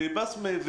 בבסמה.